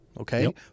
Okay